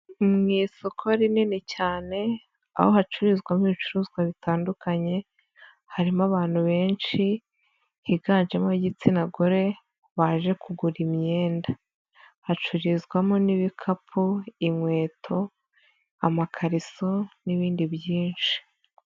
Ni mu isoko rinini cyane, aho hacururizwamo ibicuruzwa bitandukanye ,harimo abantu benshi ,higanjemo igitsina gore baje kugura imyenda, hacururizwamo n'ibikapu, inkweto ,amakariso, n'ibindi byinshi.